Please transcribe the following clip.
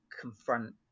confront